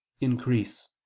increase